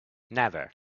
never